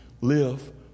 live